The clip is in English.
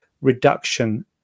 reduction